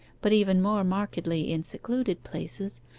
but even more markedly in secluded places,